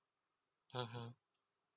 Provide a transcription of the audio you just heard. mmhmm